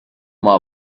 more